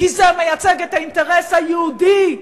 כי זה מייצג את האינטרס היהודי,